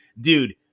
Dude